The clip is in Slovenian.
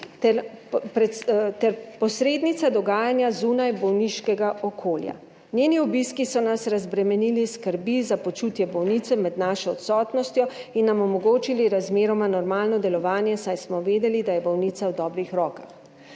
ter posrednica dogajanja zunaj bolniškega okolja. Njeni obiski so nas razbremenili skrbi za počutje bolnice med našo odsotnostjo in nam omogočili razmeroma normalno delovanje, saj smo vedeli, da je bolnica v dobrih rokah.